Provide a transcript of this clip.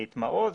את מעוז,